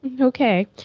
okay